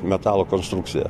metalo konstrukciją